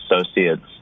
associates